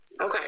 Okay